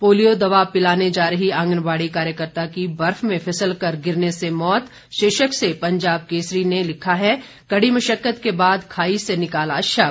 polio दवा पिलाने जा रही थी आंगनबाड़ी कार्यकर्ता की बर्फ में फिसल कर गिरने से मौत शीर्षक से पंजाब केसरी ने लिखा है कड़ी मशक्कत के बाद खाई से निकाला शव